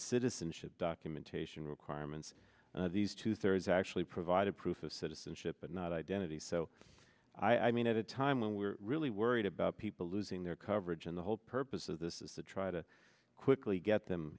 citizenship documentation requirements these two thirds actually provided proof of citizenship but not identity so i mean at a time when we're really worried about people losing their coverage and the whole purpose of this is to try to quickly get them